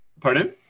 pardon